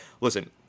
listen